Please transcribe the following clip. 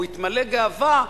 או התמלא גאווה,